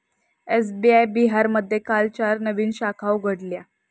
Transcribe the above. SBI बिहारमध्ये काल चार नवीन शाखा उघडल्या